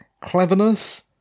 cleverness